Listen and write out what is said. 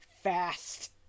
fast